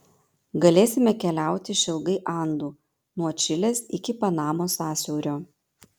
galėsime keliauti išilgai andų nuo čilės iki panamos sąsiaurio